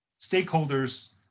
stakeholders